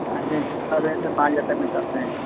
اچھا دس بجے سے پانچ بجے تک مل سکتے ہیں